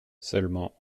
seulement